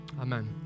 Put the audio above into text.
amen